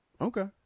Okay